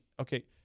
Okay